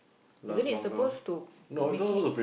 isn't it suppose to make it